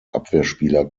abwehrspieler